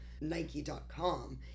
Nike.com